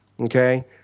Okay